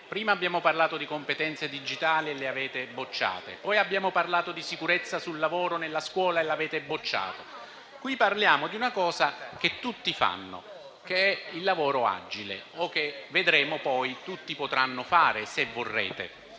Prima abbiamo parlato di competenze digitali e le avete bocciate; poi abbiamo parlato di sicurezza sul lavoro nella scuola e l'avete bocciata. Qui si parla di una cosa che tutti fanno o che poi tutti potranno fare, se vorrete,